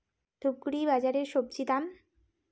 ধূপগুড়ি বাজারের স্বজি দাম?